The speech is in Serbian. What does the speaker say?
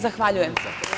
Zahvaljujem.